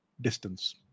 distance